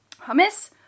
hummus